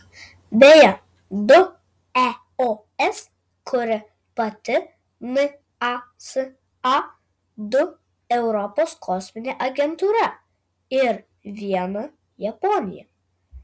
beje du eos kuria pati nasa du europos kosminė agentūra ir vieną japonija